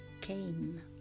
came